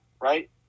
right